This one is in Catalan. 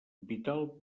vital